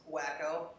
wacko